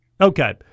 Okay